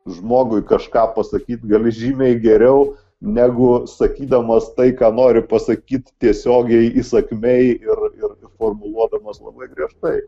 žmogui kažką pasakyt gali žymiai geriau negu sakydamas tai ką nori pasakyt tiesiogiai įsakmiai ir ir formuluodamas labai griežtai